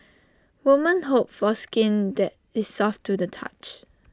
women hope for skin that is soft to the touch